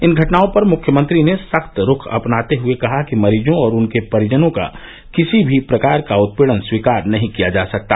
इन घटनाओं पर मुख्यमंत्री ने सख्त रूख अपनाते हुए कहा कि मरीजों और उनके परिजनों का किसी भी प्रकार का उत्पीड़न स्वीकार नहीं किया जा सकता